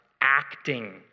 acting